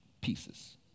pieces